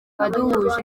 waduhuje